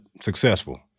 successful